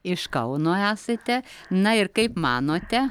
iš kauno esate na ir kaip manote